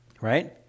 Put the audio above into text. right